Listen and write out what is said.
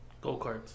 Go-karts